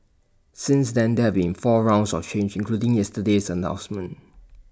since then there have been four rounds of changes including yesterday's announcements